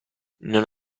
non